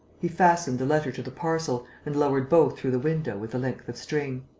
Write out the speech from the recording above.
he fastened the letter to the parcel and lowered both through the window with a length of string